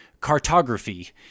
cartography